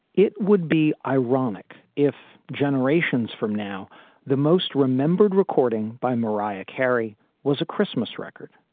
it would be ironic if generations from now the most remembered recording by mariah carey was a christmas record,